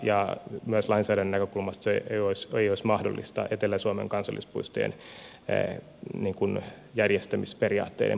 myöskään lainsäädännön näkökulmasta se ei olisi mahdollista etelä suomen kansallispuistojen järjestämisperiaatteiden pohjalta